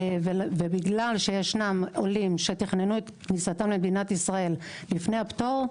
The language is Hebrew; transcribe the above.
ובגלל שיש עולים שתכננו כניסתם למדינת ישראל לפני הפטור,